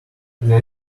there